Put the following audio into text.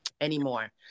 anymore